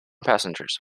passengers